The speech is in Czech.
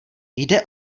jde